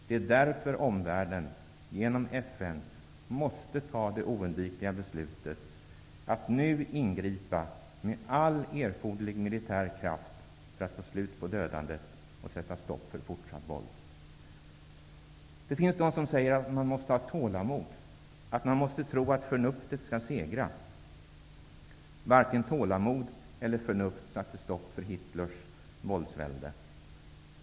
Det är därför omvärlden genom FN måste ta det oundvikliga beslutet att nu ingripa med all erforderlig militär kraft för att få slut på dödandet och sätta stopp för fortsatt våld. Det finns de som säger att man måste ha tålamod, att man måste tro att förnuftet skall segra. Varken tålamod eller förnuft satte stopp för Hitlers våldsvälde.